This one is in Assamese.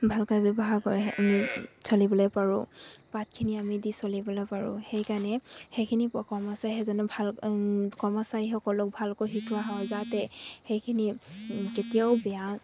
ভালকে ব্যৱহাৰ কৰে আমি চলিবলৈ পাৰোঁ পাতখিনি আমি দি চলিবলৈ পাৰোঁ সেইকাৰণে সেইখিনি কৰ্মচাৰী ভাল কৰ্মচাৰীসকলক ভালকৈ শিকোৱা হয় যাতে সেইখিনি কেতিয়াও বেয়া